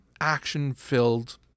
action-filled